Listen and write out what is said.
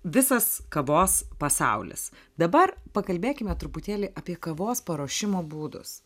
visas kavos pasaulis dabar pakalbėkime truputėlį apie kavos paruošimo būdus